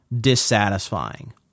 dissatisfying